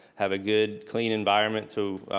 have a good clean environment to